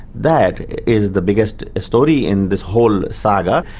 that is the biggest story in this whole saga,